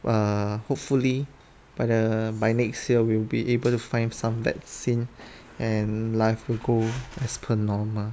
err hopefully by the by next year we be able to find some vaccine and life will go as per normal